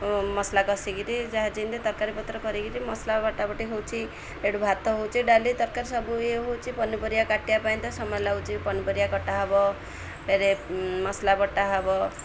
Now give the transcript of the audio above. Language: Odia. ମସଲା କଷିକିରି ଯାହା ଯେମିତି ତରକାରୀ ପତ୍ର କରିକିରି ମସଲା ବଟାପଟି ହେଉଛି ଏଠୁ ଭାତ ହେଉଛି ଡାଲି ତରକାରୀ ସବୁ ଇଏ ହେଉଛି ପନିପରିବା କାଟିବା ପାଇଁ ତ ସମୟ ଲାଗୁଛି ପନିପରିବା କଟା ହବାରେ ମସଲା ବଟା ହେବ